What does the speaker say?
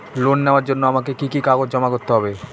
Loan নেওয়ার জন্য আমাকে কি কি কাগজ জমা করতে হবে?